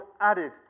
added